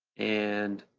and